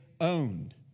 owned